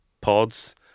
pods